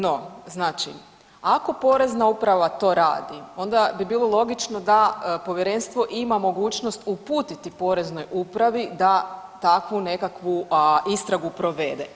No, znači, ako Porezna uprava to radi, onda bi bilo logično da Povjerenstvo ima mogućnost uputiti Poreznoj upravi da takvu nekakvu istragu provede.